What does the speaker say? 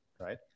Right